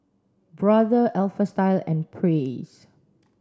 Brother Alpha Style and Praise